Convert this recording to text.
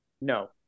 No